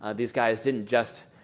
ah these guys didn't just